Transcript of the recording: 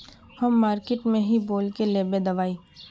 हम मार्किट में की बोल के लेबे दवाई?